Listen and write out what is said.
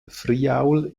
friaul